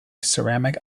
ceramic